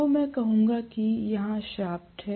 तो मैं कहूंगा कि यहां शाफ्ट है